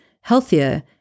healthier